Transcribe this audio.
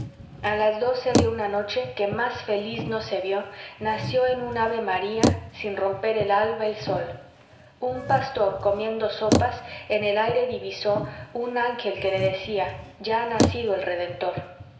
a las doce de una noche que más feliz no se vió nació en un ave-maría sin romper el alba el sol un pastor comiendo sopas en el aire divisó un ángel que le decía ya ha nacido el redentor